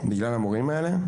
בגלל המורים האלה,